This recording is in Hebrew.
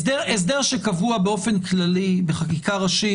הסדר שקבוע באופן כללי בחקיקה ראשית,